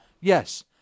Yes